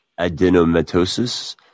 adenomatosis